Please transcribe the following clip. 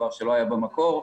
מה שלא היה במקור.